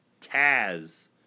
Taz